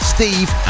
Steve